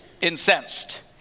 incensed